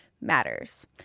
matters